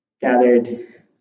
gathered